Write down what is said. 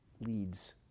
leads